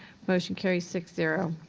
motion carries, six zero.